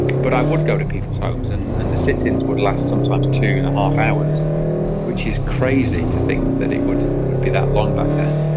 but i would go to people's homes and the and sittings would last sometimes two and a half hours which is crazy to think that it would would be that long back then